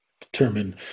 determine